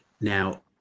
Now